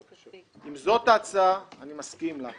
אם זאת ההצעה אני מסכים לה.